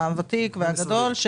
הוותיק והגדול,